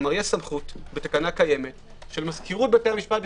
יש סמכות בתקנה קיימת שלמזכירות בתי המשפט,